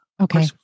okay